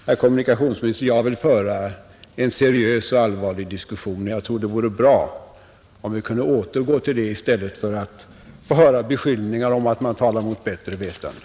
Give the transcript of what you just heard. Herr kommunikationsminister, jag vill föra en allvarlig diskussion, och jag tror det vore bra om vi kunde återgå till det i stället för att få höra beskyllningar om att tala mot bättre vetande.